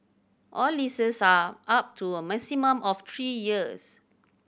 all leases are up to a maximum of three years